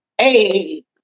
Hey